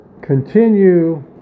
continue